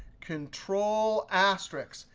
control asterisk.